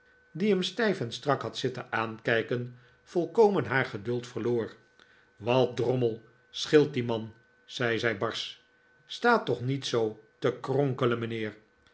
die hem stijf en strak had zitten aankijken volkomen haar geduld verloor wat drommel scheelt dien man zei zij barsch sta toch niet zoo te kronkeleii mijnheer